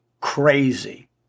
crazy